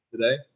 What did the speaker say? today